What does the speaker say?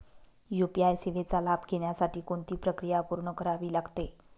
UPI सेवेचा लाभ घेण्यासाठी कोणती प्रक्रिया पूर्ण करावी लागते?